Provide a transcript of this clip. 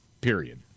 Period